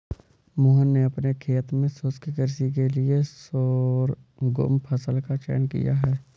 मोहन ने अपने खेत में शुष्क कृषि के लिए शोरगुम फसल का चयन किया है